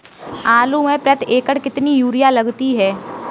आलू में प्रति एकण कितनी यूरिया लगती है?